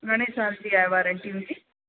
घणे साल जी आहे वारंटी हुनजी